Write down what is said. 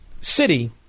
city